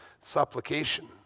supplication